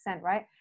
right